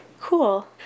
Cool